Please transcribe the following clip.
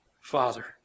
Father